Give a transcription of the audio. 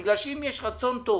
כי אם יש רצון טוב